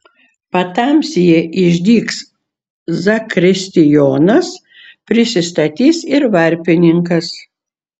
patamsyje išdygs zakristijonas prisistatys ir varpininkas